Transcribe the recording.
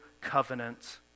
covenant